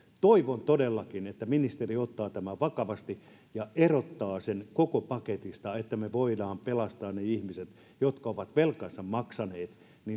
toivon todellakin että ministeri ottaa tämän vakavasti ja erottaa sen koko paketista että me voimme saman tien pelastaa ne ihmiset jotka ovat velkansa maksaneet